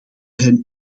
hen